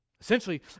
Essentially